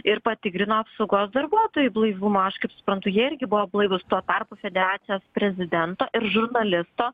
ir patikrino apsaugos darbuotojų blaivumą aš kaip suprantu jie irgi buvo blaivūs tuo tarpu federacijos prezidento ir žurnalisto